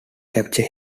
capture